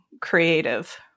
creative